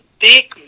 big